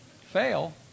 fail